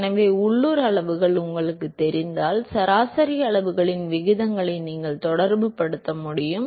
எனவே உள்ளூர் அளவுகள் உங்களுக்குத் தெரிந்தால் சராசரி அளவுகளின் விகிதங்களை நீங்கள் தொடர்புபடுத்த முடியும்